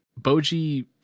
Boji